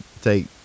take